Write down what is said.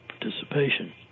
participation